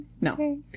no